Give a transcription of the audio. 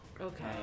Okay